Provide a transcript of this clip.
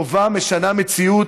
טובה, משנה מציאות.